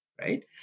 right